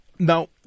Now